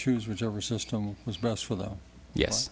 choose whichever system was best for them ye